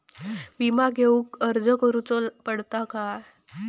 विमा घेउक अर्ज करुचो पडता काय?